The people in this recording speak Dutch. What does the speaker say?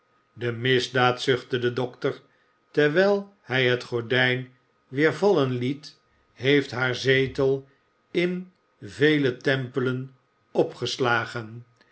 de misdaad zuchtte de dokter terwijl hij het gordijn weer vallen liet heeft haar zetel in vele tempelen opgeslagen